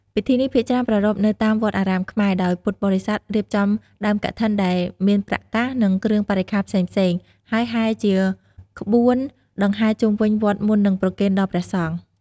ពិធីនេះភាគច្រើនប្រារព្ធនៅតាមវត្តអារាមខ្មែរ ដោយពុទ្ធបរិស័ទរៀបចំដើមកឋិន ដែលមានប្រាក់កាស និងគ្រឿងបរិក្ខារផ្សេងៗ ហើយហែរជាក្បួនដង្ហែរជុំវិញវត្តមុននឹងប្រគេនដល់ព្រះសង្ឃ។